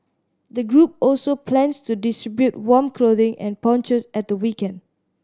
the group also plans to distribute warm clothing and ponchos at the weekend